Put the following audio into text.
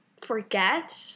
forget